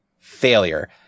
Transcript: Failure